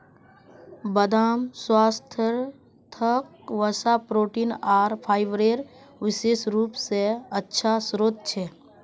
बदाम स्वास्थ्यवर्धक वसा, प्रोटीन आर फाइबरेर विशेष रूप स अच्छा स्रोत छ